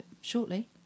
shortly